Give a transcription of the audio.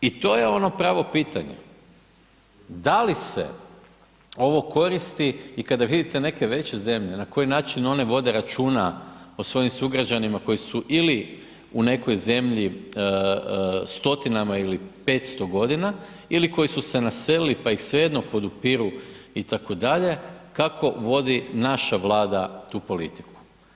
I to je ono pravo pitanje da li se ovo koristi i kada vidite neke veće zemlje na koji način one vode računa o svojim sugrađanima koji su ili u nekoj zemlji stotinama ili 500 godina ili koji su se naselili pa ih svejedno podupiru itd., kako vodi naša Vlada tu politiku.